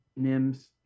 Nims